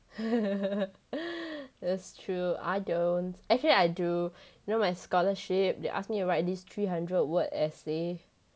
that's true I don't actually I do you know my scholarship they ask me to write these three hundred word essay